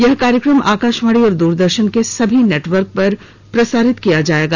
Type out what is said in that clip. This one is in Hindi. यह कार्यक्रम आकाशवाणी और दूरदर्शन के समूचे नेटवर्क पर प्रसारित किया जाएगा